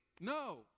No